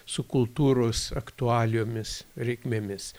su kultūros aktualijomis reikmėmis